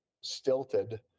stilted